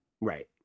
Right